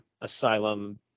asylum